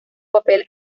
papel